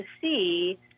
see